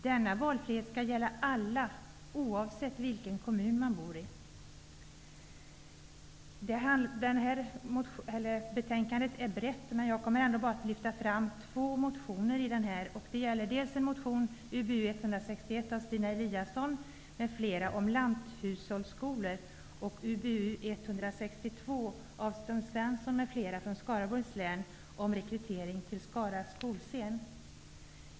Denna valfrihet skall gälla alla, oavsett vilken kommun man bor i. Det här betänkandet har ett brett innehåll, men jag kommer bara att lyfta fram två motioner i det. Det är dels Ub161 av Stina Gustavsson m.fl om lanthushållsskolor, dels Ub162 av Sten Svensson m.fl. från Skaraborgs län om rekrytering till Skara skolscen.